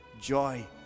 joy